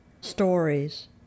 stories